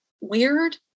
weird